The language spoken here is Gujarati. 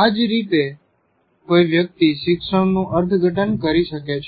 આ જ રીતે કોઈ વ્યક્તિ શિક્ષણનું અર્થઘટન કરી શકે છે